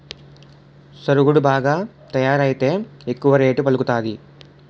సరుగుడు బాగా తయారైతే ఎక్కువ రేటు పలుకుతాది